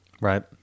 Right